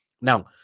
Now